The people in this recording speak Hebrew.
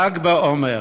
ל"ג בעומר.